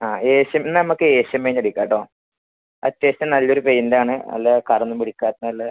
ആ ഏഷ്യൻ നമുക്ക് Asian paint അടിക്കാം കേട്ടോ അത്യാവശ്യം നല്ല ഒരു പെയിൻറ് ആണ് നല്ല കറ ഒന്നും പിടിക്കാത്ത നല്ല